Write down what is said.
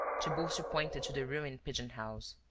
tiburcio pointed to the ruined pigeon-house.